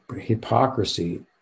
hypocrisy